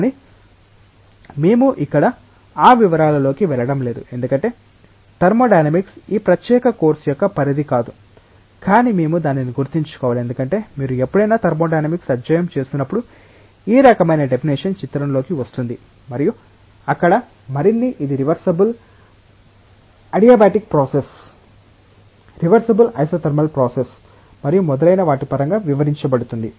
కానీ మేము ఇక్కడ ఆ వివరాలలోకి వెళ్ళడం లేదు ఎందుకంటే థర్మోడైనమిక్స్ ఈ ప్రత్యేక కోర్సు యొక్క పరిధి కాదు కానీ మేము దానిని గుర్తుంచుకోవాలి ఎందుకంటే మీరు ఎప్పుడైనా థర్మోడైనమిక్స్ అధ్యయనం చేస్తున్నప్పుడు ఈ రకమైన డెఫినేషన్ చిత్రంలోకి వస్తుంది మరియు అక్కడ మరిన్ని ఇది reversible adiabatic process reversible isothermal process మరియు మొదలైన వాటి పరంగా వివరించబడుతుంది